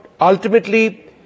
ultimately